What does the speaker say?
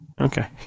Okay